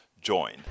join